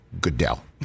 Goodell